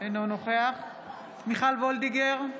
אינו נוכח מיכל וולדיגר,